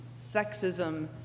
sexism